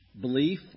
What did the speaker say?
belief